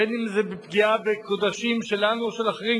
בין שזה פגיעה בקודשים שלנו או של אחרים,